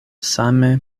same